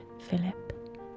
Philip